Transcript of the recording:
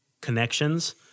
connections